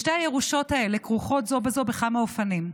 שתי הירושות האלה כרוכות זו בזו בכמה אופנים.